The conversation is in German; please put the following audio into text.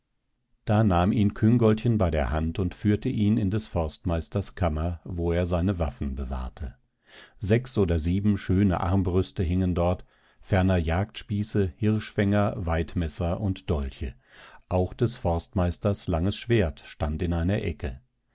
da nahm ihn küngoltchen bei der hand und führte ihn in des forstmeisters kammer wo er seine waffen bewahrte sechs oder sieben schöne armbrüste hingen dort ferner jagdspieße hirschfänger weidmesser und dolche auch des forstmeisters langes schwert stand in einer ecke